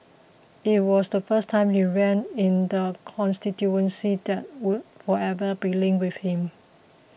it was the first time he ran in the constituency that would forever be linked with him